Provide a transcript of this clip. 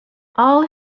all